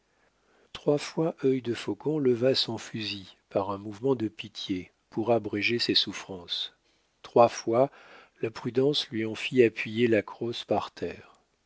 trois fois œil de faucon leva son fusil par un mouvement de pitié pour abréger ses souffrances trois fois la prudence lui en fit appuyer la crosse par terre